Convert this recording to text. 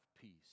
peace